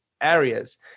areas